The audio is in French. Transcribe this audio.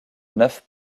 neuf